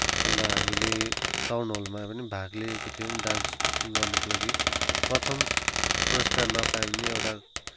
अन्त हामीले टाउन हलमा पनि भाग लिएका थियौँ डान्स गर्नको लागि प्रथम पुरस्कार नपाए पनि एउटा